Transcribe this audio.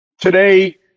Today